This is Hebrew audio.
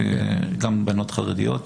גם בנות חרדיות,